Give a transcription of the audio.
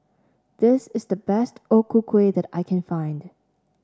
this is the best O Ku Kueh that I can find